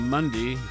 Monday